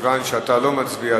מכיוון שאתה לא מצביע,